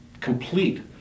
complete